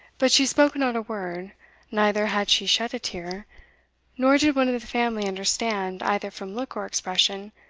but she spoke not a word neither had she shed a tear nor did one of the family understand, either from look or expression,